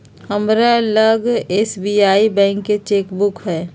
हमरा लग SBI bank के चेक बुक हइ